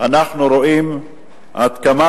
אנחנו רואים עד כמה